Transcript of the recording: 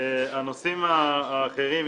הנושאים האחרים.